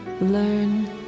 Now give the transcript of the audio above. learn